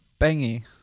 bangy